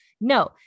no